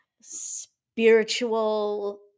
spiritual